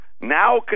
now